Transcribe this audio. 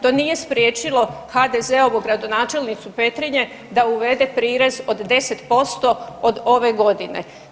To nije spriječilo HDZ-ovu gradonačelnicu Petrinje da uvede prirez od 10% od ove godine.